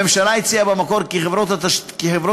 הממשלה הציעה במקור כי חברות תשתית,